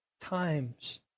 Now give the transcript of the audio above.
times